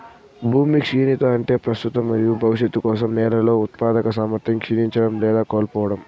భూమి క్షీణత అంటే ప్రస్తుత మరియు భవిష్యత్తు కోసం నేలల ఉత్పాదక సామర్థ్యం క్షీణించడం లేదా కోల్పోవడం